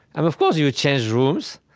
i mean of course, you change rooms,